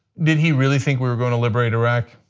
did he really think we were going to liberate iraq?